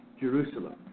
Jerusalem